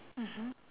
mmhmm